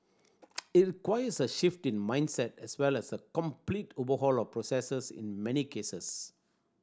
it requires a shift in mindset as well as a complete overhaul of processes in many cases